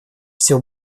все